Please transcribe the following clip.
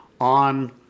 on